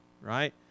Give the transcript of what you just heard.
right